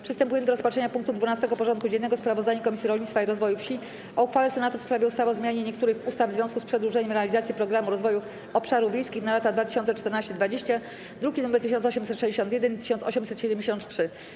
Przystępujemy do rozpatrzenia punktu 12. porządku dziennego: Sprawozdanie Komisji Rolnictwa i Rozwoju Wsi o uchwale Senatu w sprawie ustawy o zmianie niektórych ustaw w związku z przedłużeniem realizacji Programu Rozwoju Obszarów Wiejskich na lata 2014–2020 (druki nr 1861 i 1873)